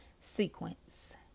sequence